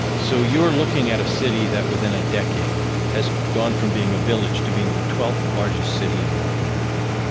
so you're looking at a city that within a decade has gone from being a village to being the twelfth largest city in north america.